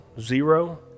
Zero